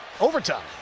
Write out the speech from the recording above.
overtime